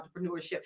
entrepreneurship